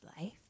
life